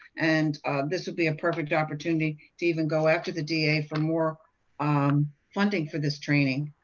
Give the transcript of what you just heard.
and this would be a perfect opportunity to even go after the d a. for more um funding for this training.